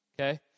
Okay